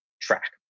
track